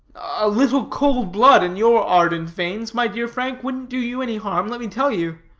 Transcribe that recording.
a little cold blood in your ardent veins, my dear frank, wouldn't do you any harm, let me tell you.